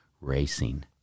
racing